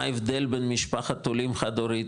מה ההבדל בין משפחת עולים חד-הורית,